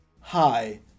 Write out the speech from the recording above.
Hi